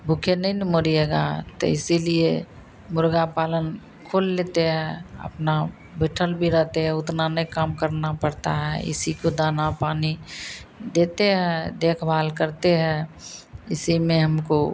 भुखे नहीं ना मरिएगा तो इसीलिए मुर्ग़ा पालन खोल लेते हैं अपना बइठल भी रहते हैं उतना नहीं काम करना पड़ता है इसी को दाना पानी देते हैं देखभाल करते हैं इसी में हमको